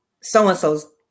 so-and-so's